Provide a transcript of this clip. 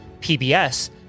PBS